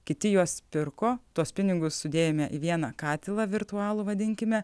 kiti juos pirko tuos pinigus sudėjome į vieną katilą virtualų vadinkime